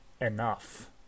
enough